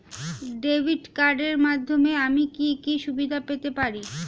Debit কার্ডের মাধ্যমে আমি কি কি সুবিধা পেতে পারি?